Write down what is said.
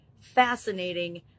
fascinating